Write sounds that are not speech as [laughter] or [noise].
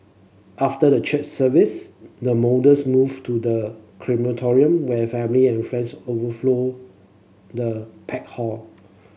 after the church service the [unintelligible] moved to the crematorium where family and friends overflowed the packed hall